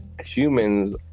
humans